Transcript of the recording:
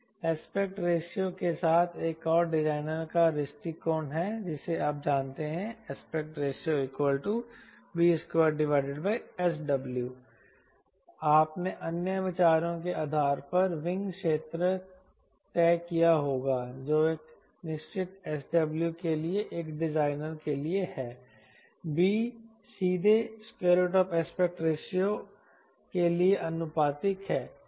aspect ratio के साथ एक और डिजाइनर का दृष्टिकोण है जिसे आप जानते हैं ARb2SW आपने अन्य विचारों के आधार पर विंग क्षेत्र तय किया होगा जो एक निश्चित Sw के लिए एक डिजाइनर के लिए है b सीधे ARके लिए आनुपातिक है